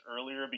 earlier